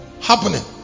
happening